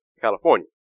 California